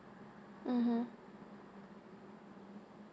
mmhmm pool